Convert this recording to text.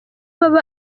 baba